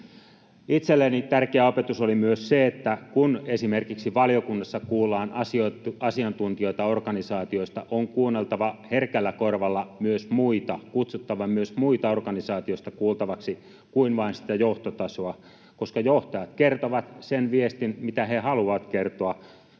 Itselleni tärkeä opetus oli myös se, että kun esimerkiksi valiokunnassa kuullaan asiantuntijoita organisaatioista, on kuunneltava herkällä korvalla myös muita, kutsuttava myös muita organisaatiosta kuultavaksi kuin vain sitä johtotasoa, koska johtajat kertovat sen viestin, mitä he haluavat kertoa